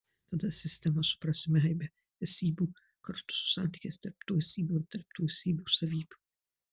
tada sistema suprasime aibę esybių kartu su santykiais tarp tų esybių ir tarp tų esybių savybių